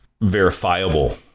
verifiable